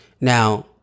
Now